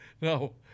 No